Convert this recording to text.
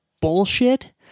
bullshit